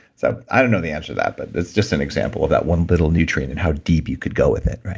so, i don't know the answer to that, but it's just an example of that one little nutrient, and how deep you could go with it,